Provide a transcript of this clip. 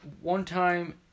one-time